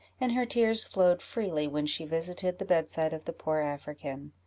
and her tears flowed freely when she visited the bedside of the poor african.